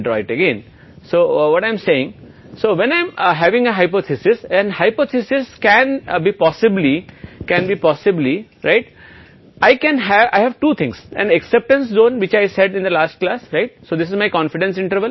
इसलिए जब आप होते हैं जब आपको तिरछापन की समस्या होती शोधकर्ता को ऐसी स्थितियों को ठीक से समझना होगा कि इस विषमता का परिकल्पना पर प्रभाव है